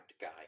guy